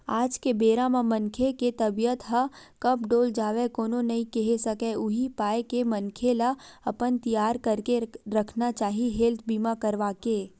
आज के बेरा म मनखे के तबीयत ह कब डोल जावय कोनो नइ केहे सकय उही पाय के मनखे ल अपन तियारी करके रखना चाही हेल्थ बीमा करवाके